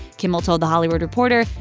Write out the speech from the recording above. kimmel told the hollywood reporter,